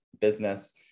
business